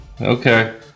Okay